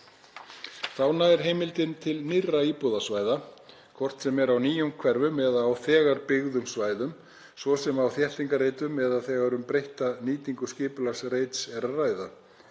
Þá nær heimildin til nýrra íbúðasvæða, hvort sem er í nýjum hverfum eða á þegar byggðum svæðum, svo sem á þéttingarreitum eða þegar um breytta nýtingu skipulagsreits er að ræða.